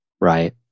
right